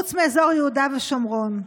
חוץ מאזור יהודה ושומרון.